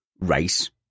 race